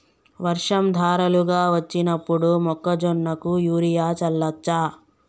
వర్షం ధారలుగా వచ్చినప్పుడు మొక్కజొన్న కు యూరియా చల్లచ్చా?